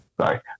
sorry